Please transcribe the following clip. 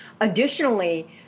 Additionally